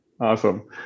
awesome